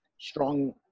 strong